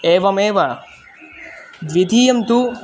एवमेव द्वितीयं तु